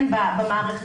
במערכת,